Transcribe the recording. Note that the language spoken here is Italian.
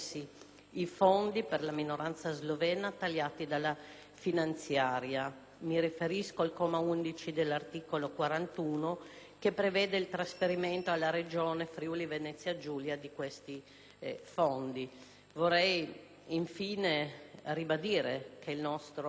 i fondi per la minoranza slovena tagliati dalla finanziaria: mi riferisco al comma 11 dell'articolo 41 che prevede il trasferimento alla regione Friuli-Venezia Giulia di questi fondi. Vorrei infine ribadire che esprimeremo